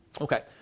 Okay